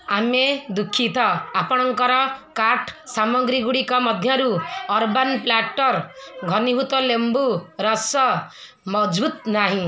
ଆମେ ଦୁଃଖିତ ଆପଣଙ୍କର କାର୍ଟ୍ ସାମଗ୍ରୀଗୁଡ଼ିକ ମଧ୍ୟରୁ ଅରବାନ୍ ପ୍ଲାଟର୍ ଘନୀଭୂତ ଲେମ୍ବୁ ରସ ମହଜୁଦ ନାହିଁ